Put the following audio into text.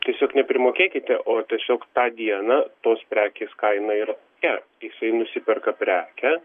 tiesiog ne primokėkite o tiesiog tą dieną tos prekės kaina yra tokia jisai nusiperka prekę